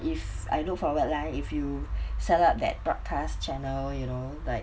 if I look forward lah if you set up that broadcast channel you know like